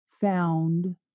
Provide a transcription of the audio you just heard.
found